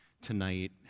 tonight